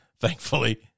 Thankfully